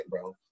bro